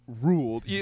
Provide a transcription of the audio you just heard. Ruled